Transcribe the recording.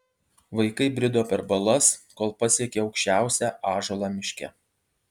vaikai brido per balas kol pasiekė aukščiausią ąžuolą miške